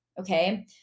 Okay